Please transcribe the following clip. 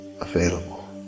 available